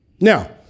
Now